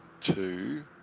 two